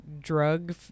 drug